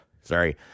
sorry